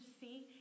see